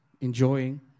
enjoying